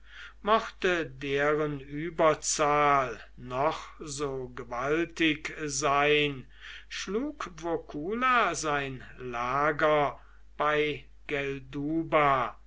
mochte deren überzahl noch so gewaltig sein schlug vocula sein lager bei